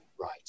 Right